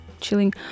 chilling